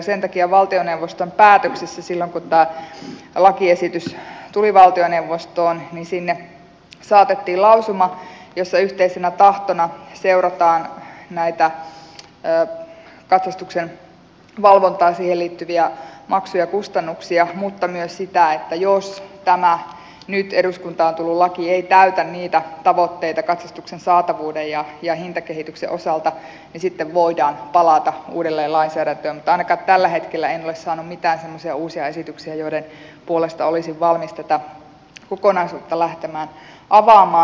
sen takia valtioneuvoston päätöksellä silloin kun tämä lakiesitys tuli valtioneuvostoon sinne saatettiin lausuma jossa yhteisenä tahtona seurataan katsastuksen valvontaa ja siihen liittyviä maksuja kustannuksia mutta myös sitä että jos tämä nyt eduskuntaan tullut laki ei täytä niitä tavoitteita katsastuksen saatavuuden ja hintakehityksen osalta niin sitten voidaan palata uudelleen lainsäädäntöön mutta ainakaan tällä hetkellä en ole saanut mitään semmoisia uusia esityksiä joiden perusteella olisin valmis tätä kokonaisuutta lähtemään avaamaan